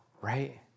right